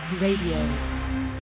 Radio